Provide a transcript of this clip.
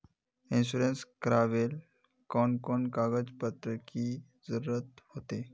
Insurance करावेल कोन कोन कागज पत्र की जरूरत होते?